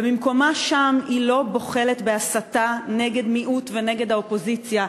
ובמקומה שם היא לא בוחלת בהסתה נגד מיעוט ונגד האופוזיציה,